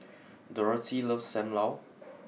Dorathy loves Sam Lau